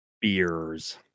Beers